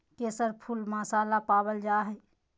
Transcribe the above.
केसर फुल मसाला पावल जा हइ